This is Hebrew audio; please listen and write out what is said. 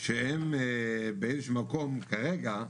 שהם באיזשהו מקום כרגע,